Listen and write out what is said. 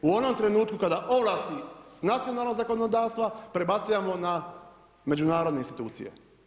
U onom trenutku kada ovlasti s nacionalnog zakonodavstvo prebacujemo na međunarodne institucije.